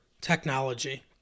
technology